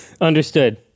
Understood